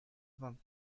vingt